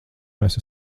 mēs